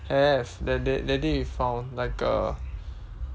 have that that day we found like a